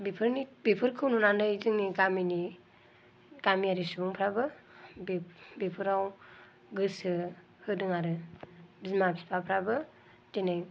बेफोरखौ नुनानै जोंनि गामिनि गामियारि सुबुंफोराबो बेफोराव गोसो होदों आरो बिमा बिफाफोराबो दिनै